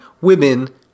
women